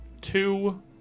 two